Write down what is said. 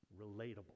relatable